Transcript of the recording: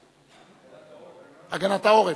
שלוש הצעות אי-אמון,